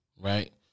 right